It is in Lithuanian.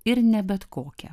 ir ne bet kokia